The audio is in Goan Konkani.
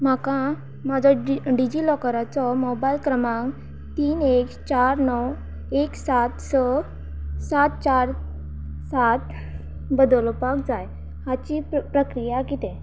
म्हाका म्हाजो डिजी डिजिलॉकराचो मोबायल क्रमांक तीन एक चार णव एक सात स सात चार सात बदलोपाक जाय हाची प प्रक्रिया कितें